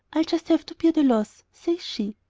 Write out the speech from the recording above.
i'll just have to bear the loss says she.